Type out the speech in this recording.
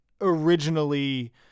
originally